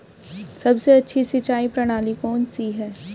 सबसे अच्छी सिंचाई प्रणाली कौन सी है?